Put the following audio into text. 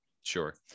Sure